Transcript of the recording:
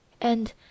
and